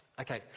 Okay